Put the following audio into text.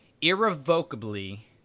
irrevocably